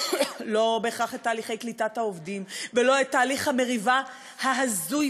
לא בהכרח את תהליכי קליטת העובדים ולא את תהליך המריבה ההזוי